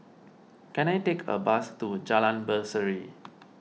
can I take a bus to Jalan Berseri